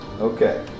okay